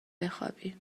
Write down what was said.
بخوابی